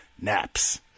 Naps